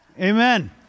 Amen